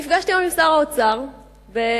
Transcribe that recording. נפגשתי היום עם שר האוצר במסדרונות